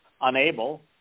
Unable